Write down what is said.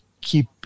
keep